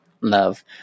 love